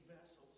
vessels